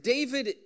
David